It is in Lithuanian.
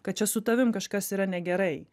kad čia su tavim kažkas yra negerai